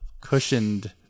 cushioned